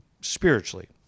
spiritually